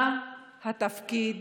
מה התפקיד